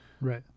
Right